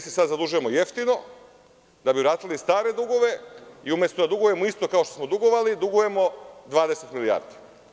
Sada se zadužujemo jeftino da bi vratili stare dugove i umesto da dugujemo isto kao što smo dugovali, dugujemo 20 milijardi.